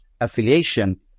affiliation